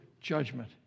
judgment